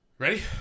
ready